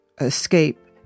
escape